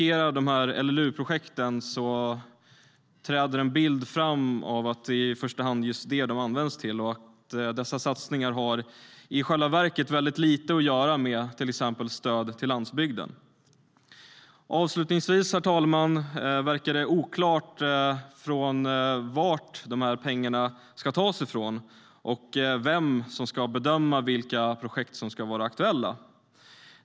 När man dissekerar LLU-projekten träder en bild fram av att det är just det som de används till i första hand och att dessa satsningar i själva verket har väldigt lite att göra med till exempel stöd till landsbygden. Lokala aktionsgrupper Herr talman! Avslutningsvis verkar det vara oklart var pengarna ska tas ifrån och vem som ska bedöma vilka projekt som ska vara aktuella.